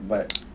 but